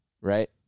right